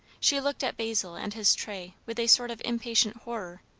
she looked at basil and his tray with a sort of impatient horror.